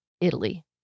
Italy